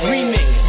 Remix